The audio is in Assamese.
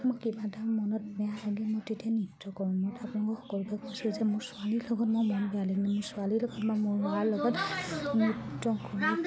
মই কিবা এটা মনত বেয়া লাগে মই তেতিয়া নৃত্য কৰোঁ মই আপোনালোকক সকলোবোৰ কৈছে যে মোৰ ছোৱালীৰ লগত মই মন বেয়া লাগে মোৰ ছোৱালীৰ লগত মই মোৰ মাৰ লগত নৃত্য কৰোঁ